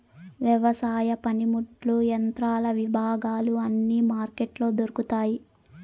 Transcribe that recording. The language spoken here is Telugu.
వ్యవసాయ పనిముట్లు యంత్రాల విభాగాలు అన్ని మార్కెట్లో దొరుకుతాయి